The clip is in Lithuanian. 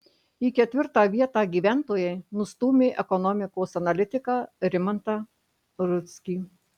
į ketvirtą vietą gyventojai nustūmė ekonomikos analitiką rimantą rudzkį